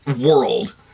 world